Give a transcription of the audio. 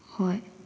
ꯍꯣꯏ